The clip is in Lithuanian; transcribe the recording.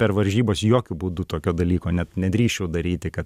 per varžybas jokiu būdu tokio dalyko net nedrįsčiau daryti kad